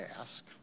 ask